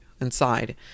inside